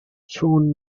soon